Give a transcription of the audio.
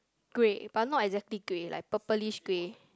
grey but not exactly grey like purplish grey